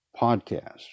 podcast